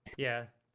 yeah.